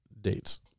dates